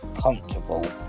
comfortable